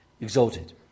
Exalted